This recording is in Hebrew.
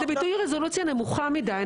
זה ביטוי עם רזולוציה נמוכה מדי.